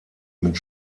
mit